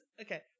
Okay